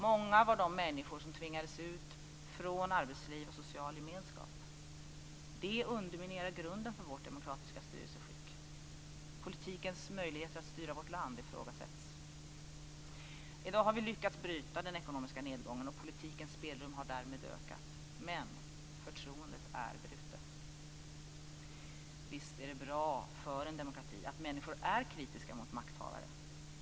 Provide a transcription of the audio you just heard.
Många var de människor som tvingades ut från arbetsliv och social gemenskap. Det underminerar grunden för vårt demokratiska styrelseskick. Politikens möjligheter att styra vårt land ifrågasätts. I dag har vi lyckats att bryta den ekonomiska nedgången och politikens spelrum har därmed ökat. Men förtroendet är brutet. Visst är det bra för en demokrati att människor är kritiska mot makthavare.